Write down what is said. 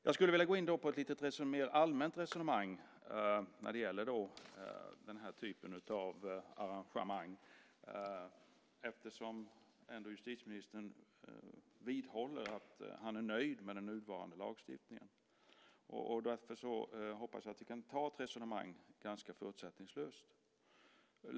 Jag skulle vilja gå in på ett lite mer allmänt resonemang när det gäller den här typen av arrangemang, eftersom justitieministern vidhåller att han är nöjd med den nuvarande lagstiftningen. Därför hoppas jag att vi kan ta ett resonemang ganska förutsättningslöst.